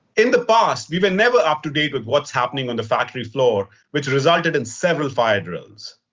in the past we were never up to date with what's happening on the factory floor, which resulted in several fire drills.